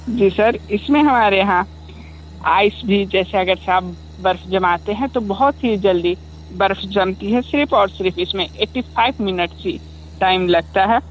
जी sir इसमें हमारे यहाँ आइस भी जैसे अगर से आप बर्फ जमाते हैं तो बहुत ही जल्दी बर्फ जमती है सिर्फ और सिर्फ इसमें एटी फाइव मिनट्स ही टाइम लगता है